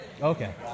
Okay